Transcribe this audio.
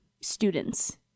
students